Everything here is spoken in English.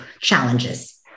challenges